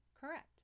Correct